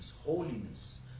holiness